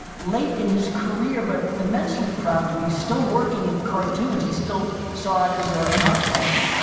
late in his career but immensely proud to be still working in cartoons. he still saw it as ah an art form,